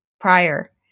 prior